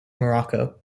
morocco